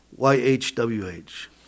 Y-H-W-H